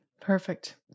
Perfect